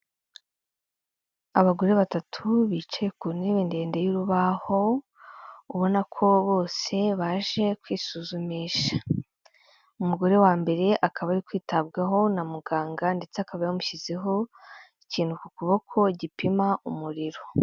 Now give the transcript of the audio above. Abagore batatu bicaye ku ntebe ndende y'urubaho, ubona ko bose baje kwisuzumisha. Umugore wa mbere akaba ari kwitabwaho na muganga ndetse akaba yamushyizeho ikintu ku kuboko gipima umuriro.